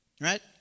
Right